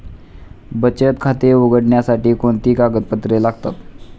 बचत खाते उघडण्यासाठी कोणती कागदपत्रे लागतात?